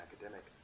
academic